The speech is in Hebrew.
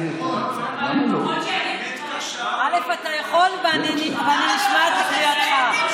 אתה יכול, ואני נשמעת לקריאתך.